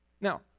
Now